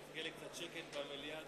אם יהיה לי קצת שקט מהמליאה,